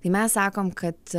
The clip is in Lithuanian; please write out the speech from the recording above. tai mes sakom kad